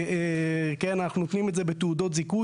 כן אנחנו נותנים את זה בתעודות זיכוי,